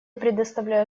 предоставляю